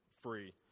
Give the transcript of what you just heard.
free